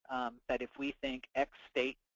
that if we think x state,